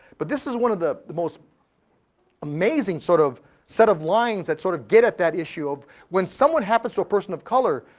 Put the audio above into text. but this is one of the the most amazing sort of set of lines that sorta sort of get at that issue of, when someone happens to a person of color,